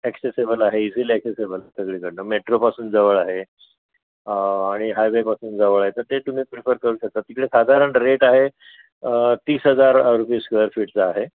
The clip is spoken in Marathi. ॲक्सेसेबल आहे इझिली ॲक्सेसेबल सगळीकडनं मेट्रोपासून जवळ आहे आणि हायवेपासून जवळ आहे तर ते तुम्ही प्रेफर करू शकता तिकडे साधारण रेट आहे तीस हजार आर बी स्क्वेअर फिटचा आहे